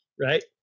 right